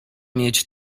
mieć